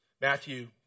Matthew